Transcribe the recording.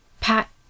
pat